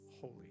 holy